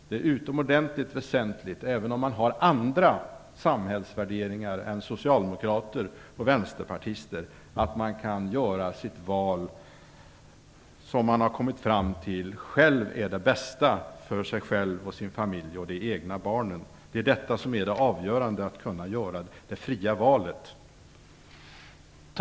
Det är utomordentligt väsentligt att man, även om man har andra samhällsvärderingar än socialdemokrater och vänsterpartister, kan göra det val man har kommit fram till är det bästa, för en själv, ens familj, de egna barnen. Det är det avgörande, att kunna göra det fria valet.